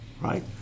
right